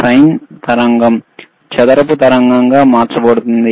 sign తరంగం చదరపు తరంగంగా మార్చబడుతుంది